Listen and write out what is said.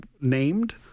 named